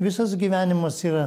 visas gyvenimas yra